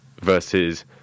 versus